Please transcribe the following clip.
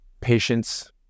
Patience